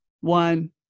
one